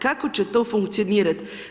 Kako će to funkcionirati?